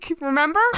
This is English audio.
remember